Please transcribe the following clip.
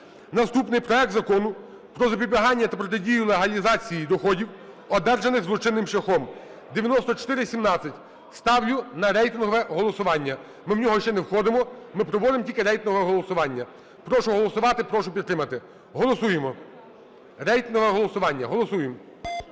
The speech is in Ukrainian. Наступний проект Закону про запобігання та протидію легалізації доходів, одержаних злочинним шляхом, 9417. Ставлю на рейтингове голосування. Ми в нього ще не входимо, ми проводимо тільки рейтингове голосування. Прошу голосувати, прошу підтримати. Голосуємо. Рейтингове голосування. Голосуємо.